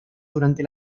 durante